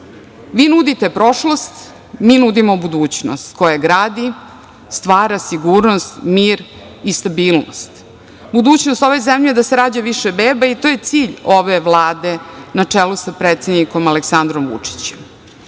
nudite prošlost, mi nudimo budućnost koja gradi, stvara sigurnost, mir i stabilnost. Budućnost ove zemlje je da se rađa više beba i to je cilj ove Vlade na čelu sa predsednikom Aleksandrom Vučićem. Moram